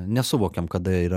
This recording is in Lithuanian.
nesuvokiam kada yra